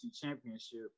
Championship